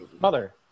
Mother